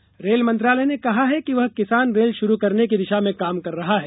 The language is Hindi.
किसान रेल रेल मंत्रालय ने कहा है कि वह किसान रेल शुरू करने की दिशा में काम कर रहा है